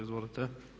Izvolite.